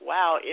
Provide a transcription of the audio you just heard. Wow